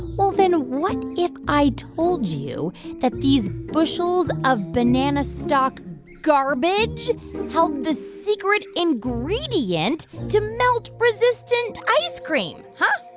well, then what if i told you that these bushels of banana stalk garbage held the secret ingredient to melt-resistant ice cream, huh?